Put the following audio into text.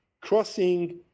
crossing